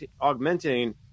augmenting